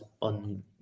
on